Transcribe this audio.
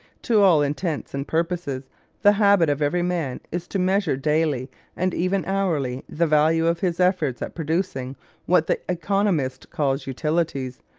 to all intents and purposes the habit of every man is to measure daily and even hourly the value of his efforts at producing what the economist calls utilities,